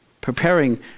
Preparing